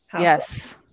Yes